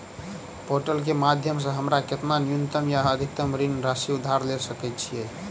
Portal केँ माध्यम सऽ हमरा केतना न्यूनतम आ अधिकतम ऋण राशि उधार ले सकै छीयै?